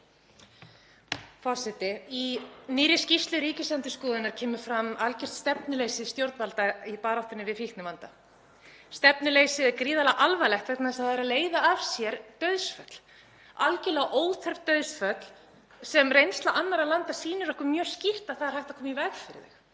Forseti. Í nýrri skýrslu Ríkisendurskoðunar kemur fram algert stefnuleysi stjórnvalda í baráttunni við fíknivandann. Stefnuleysið er gríðarlega alvarlegt vegna þess að það er að leiða af sér dauðsföll, algerlega óþörf dauðsföll sem reynsla annarra landa sýnir okkur mjög skýrt að hægt er að koma í veg fyrir.